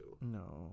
no